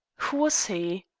who was he?